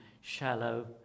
shallow